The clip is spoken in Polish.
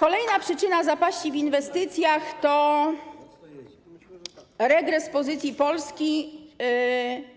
Kolejna przyczyna zapaści w inwestycjach to regres pozycji Polski,